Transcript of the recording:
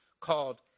called